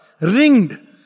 ringed